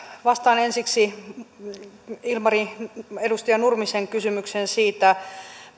vastaan ensiksi edustaja nurmisen kysymykseen siitä